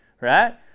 right